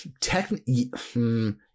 technically